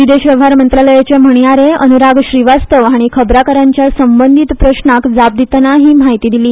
विदेश वेव्हार मंत्रालयाचे म्हणयारे अनुराग श्रीवास्तव हीण खबराकारांच्या संबंदीत प्रस्नाक जाप दितना ही म्हायती दिली